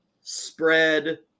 spread